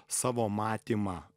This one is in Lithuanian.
savo matymą